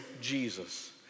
Jesus